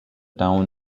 town